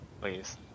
Please